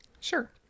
Sure